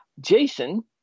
Jason